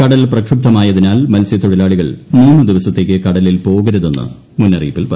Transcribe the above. കടൽ പ്രക്ഷുബ്പമായതിനാൽ മത്സ്യത്തൊഴിലാളികൾ മൂന്ന് ദിവസത്തേക്ക് കടലിൽ പോകരുതെന്ന് മുന്നറിയിപ്പുണ്ട്